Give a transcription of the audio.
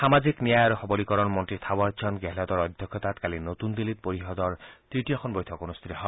সামাজিক ন্যায় আৰু সৱলীকৰণ মন্ত্ৰী থাৱৰচন্দ গেহলটৰ অধ্যক্ষতাত কালি নতুন দিল্লীত পৰিষদৰ তৃতীয়খন বৈঠক অনুষ্ঠিত হয়